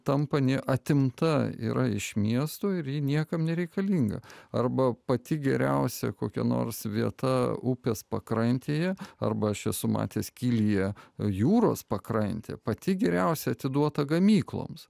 tampa ne atimta yra iš miesto ir niekam nereikalinga arba pati geriausia kokia nors vieta upės pakrantėje arba aš esu matęs kylyje jūros pakrantė pati geriausia atiduota gamykloms